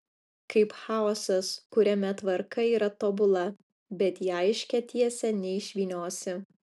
kaip chaosas kuriame tvarka yra tobula bet į aiškią tiesę neišvyniosi